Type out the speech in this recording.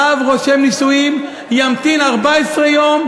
רב רושם נישואין ימתין 14 יום,